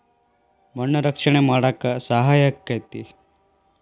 ಮಣ್ಣ ರಕ್ಷಣೆ ಮಾಡಾಕ ಸಹಾಯಕ್ಕತಿ